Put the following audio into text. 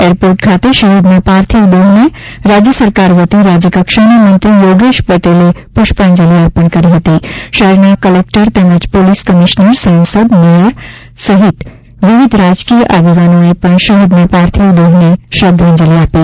airport ખાતે શહીદના પાર્થિવ દેહને રાજ્ય સરકાર વતી રાજ્ય કક્ષાના મંત્રી યોગેશ પટેલે પુષ્પાંજલિ અર્પણ કરી હતીશહેરના કલેકટર તેમજ પોલીસ કમિશનર સાંસદ મેયર સહિત વિવિધ રાજકીય આગેવાનોએ પણ શહીદના પાર્થિવ દેહને શ્રદ્વાંજલિ આપી